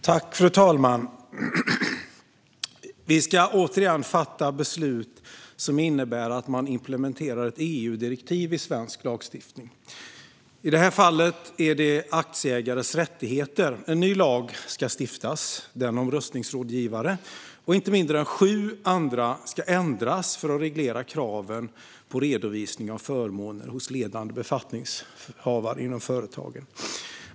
Fru talman! Vi ska återigen fatta beslut som innebär att vi implementerar ett EU-direktiv i svensk lagstiftning. I det här fallet handlar det om aktieägares rättigheter. En ny lag ska stiftas, den om röstningsrådgivare, och inte mindre än sju andra ska ändras för att reglera kraven på redovisning av förmåner hos ledande befattningshavare i företag.